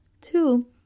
Two